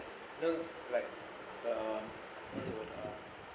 you know like the what's the word um